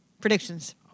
Predictions